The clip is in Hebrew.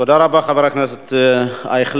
תודה רבה, חבר הכנסת אייכלר.